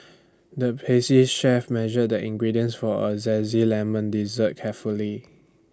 the pastry chef measured the ingredients for A Zesty Lemon Dessert carefully